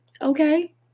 okay